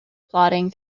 plodding